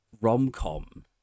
rom-com